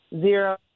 zero